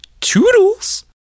Toodles